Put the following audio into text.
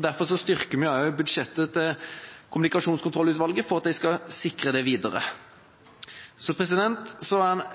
Derfor styrker vi også budsjettet til Kommunikasjonskontrollutvalget, slik at de skal sikre det videre. Så